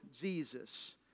Jesus